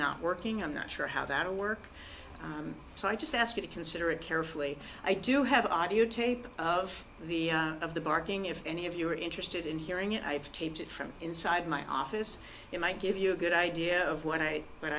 not working i'm not sure how that will work so i just ask you to consider it carefully i do have audio tape of the of the barking if any of you are interested in hearing it i have taped it from inside my office it might give you a good idea of what i